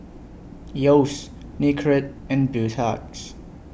Yeo's Nicorette and Beautex